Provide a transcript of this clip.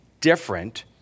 different